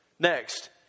Next